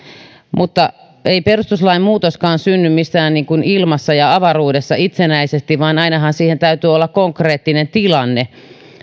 mutta ei perustuslain muutoskaan synny missään niin kuin ilmassa ja avaruudessa itsenäisesti vaan ainahan siihen täytyy olla konkreettinen tilanne